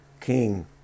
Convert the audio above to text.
king